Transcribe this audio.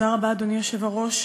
תודה רבה, אדוני היושב-ראש.